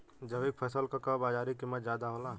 जैविक फसल क बाजारी कीमत ज्यादा होला